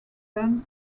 done